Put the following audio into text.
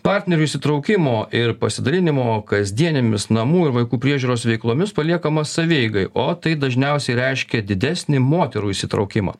partnerių įsitraukimo ir pasidalinimo kasdienėmis namų ir vaikų priežiūros veiklomis paliekama savieigai o tai dažniausiai reiškia didesnį moterų įsitraukimą